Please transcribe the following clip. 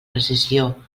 precisió